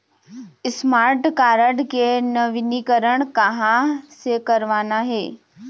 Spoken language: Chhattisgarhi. स्मार्ट कारड के नवीनीकरण कहां से करवाना हे?